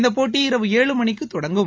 இந்த போட்டி இரவு ஏழு மணிக்கு தொடங்கும்